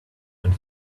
and